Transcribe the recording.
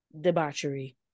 debauchery